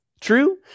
True